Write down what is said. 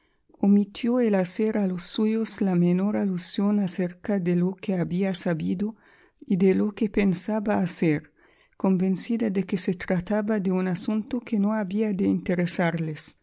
omitió el hacer a los suyos la menor alusión acerca de lo que había sabido y de lo que pensaba hacer convencida de que se trataba de un asunto que no había de interesarles